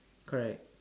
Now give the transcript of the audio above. correct